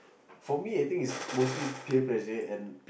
for me I think it's mostly peer pressure and